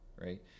right